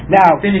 now